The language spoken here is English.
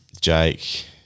Jake